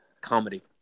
comedy